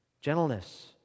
gentleness